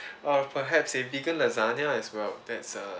or perhaps a bigger lasagne as well that's a